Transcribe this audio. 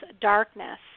Darkness